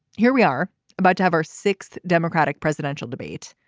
here we are about to have our sixth democratic presidential debate.